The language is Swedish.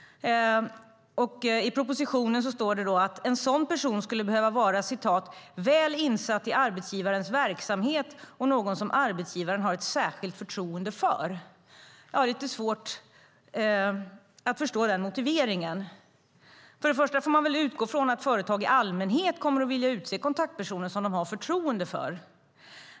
I propositionen står det att en sådan person skulle behöva vara väl insatt i arbetsgivarens verksamhet och vara någon som arbetsgivaren har ett särskilt förtroende för. Jag har lite svårt att förstå den motiveringen. För det första får man väl utgå från att företag i allmänhet kommer att vilja utse kontaktpersoner som de har förtroende för.